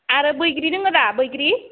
आरो बैग्रि दङ दा बैग्रि